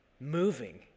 moving